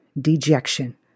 dejection